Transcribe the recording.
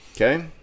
Okay